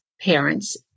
parents